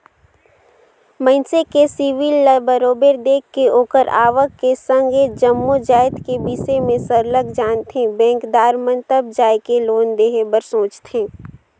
मइनसे के सिविल ल बरोबर देख के ओखर आवक के संघ ए जम्मो जाएत के बिसे में सरलग जानथें बेंकदार मन तब जाएके लोन देहे बर सोंचथे